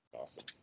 Awesome